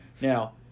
Now